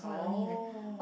oh